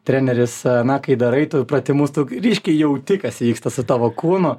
treneris na kai darai tu pratimus tu ryškiai jauti kas vyksta su tavo kūnu